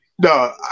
no